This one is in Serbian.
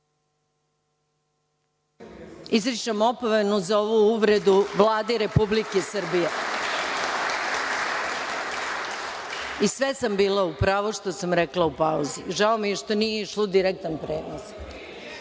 Izričem vam opomenu za ovu uvredu Vlade Republike Srbije i sve sam bila u pravu što sam rekla u pauzi. Žao mi je što nije išlo u direktnom